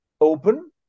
open